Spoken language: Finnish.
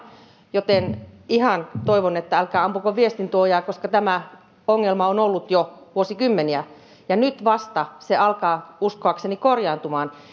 joten ihan toivon että älkää ampuko viestin tuojaa koska tämä ongelma on ollut jo vuosikymmeniä ja nyt vasta se alkaa uskoakseni korjaantumaan